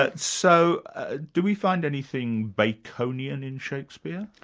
but so ah do we find anything baconian in shakespeare?